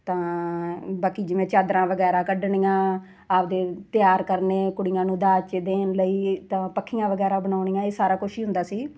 ਤਾਂ ਬਾਕੀ ਜਿਵੇਂ ਚਾਦਰਾਂ ਵਗੈਰਾ ਕੱਢਣੀਆਂ ਆਪਣੇ ਤਿਆਰ ਕਰਨੇ ਕੁੜੀਆਂ ਨੂੰ ਦਾਜ 'ਚ ਦੇਣ ਲਈ ਤਾਂ ਪੱਖੀਆ ਵਗੈਰਾ ਬਣਾਉਣੀਆਂ ਇਹ ਸਾਰਾ ਕੁਛ ਹੀ ਹੁੰਦਾ ਸੀ